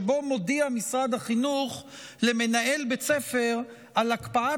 שבו מודיע משרד החינוך למנהל בית ספר על הקפאת